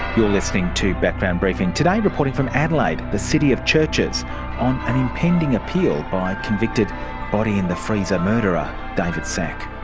you're listening to background briefing, today reporting from adelaide, the city of churches, on an impending appeal by convicted body in the freezer murderer david szach.